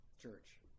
church